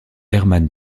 hermann